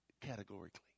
categorically